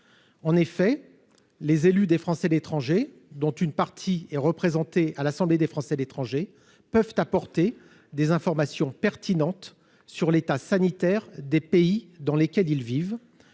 en effet, les élus des Français de l'étranger, dont une partie est représenté à l'Assemblée des Français l'étranger peuvent apporter des informations pertinentes sur l'état sanitaire des pays dans lesquels ils vivent